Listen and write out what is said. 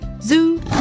Zoo